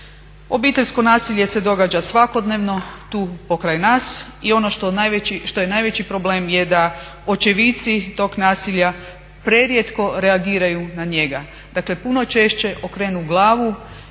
Obiteljsko nasilje se događa svakodnevno tu pokraj nas i ono što je najveći problem je da očevici tog nasilja prerijetko reagiraju na njega. Dakle puno češće okrenu glavu